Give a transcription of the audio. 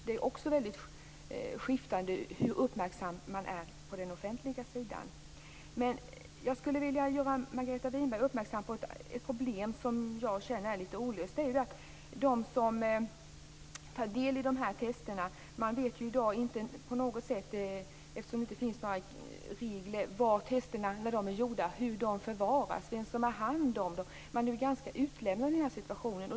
Det är också väldigt skiftande hur uppmärksam man är på den offentliga sidan. Jag skulle vilja göra Margareta Winberg uppmärksam på ett problem som jag känner är litet olöst. Det gäller dem som tar del i de här testen. Eftersom det inte finns några regler vet man i dag inte hur testen förvaras när de är gjorda och vem som har hand om dem. Man är ju ganska utlämnad i den här situationen.